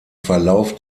verlauf